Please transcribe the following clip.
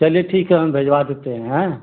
चलिए ठीक है हम भिजवा देते हैं